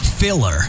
Filler